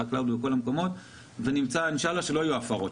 בחקלאות ובכל המקומות ואינשאללה שלא יהיו הפרות.